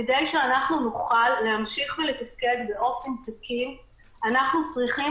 כדי שנוכל להמשיך ולתפקד באופן תקין אנחנו צריכים